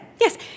Yes